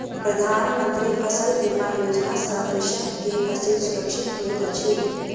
प्रधान मंत्री फसल बीमा योजना सॅ कृषक के फसिल सुरक्षित होइत अछि